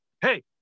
hey